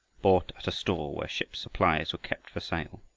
bought at a store where ships' supplies were kept for sale.